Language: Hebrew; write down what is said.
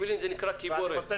זה נקרא קיבורת.